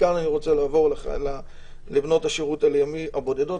מכאן אני רוצה לעבור לבנות השירות הלאומי הבודדות.